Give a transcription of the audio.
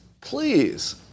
please